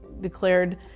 declared